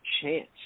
chance